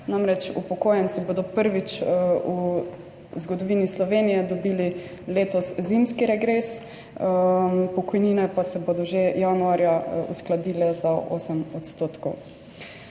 namreč upokojenci bodo prvič v zgodovini Slovenije dobili letos zimski regres, pokojnine pa se bodo že januarja uskladile za 8 %.